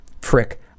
Frick